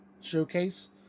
showcase